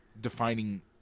defining